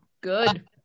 Good